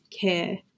care